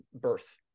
birth